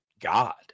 god